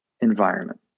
environment